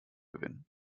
gewinnen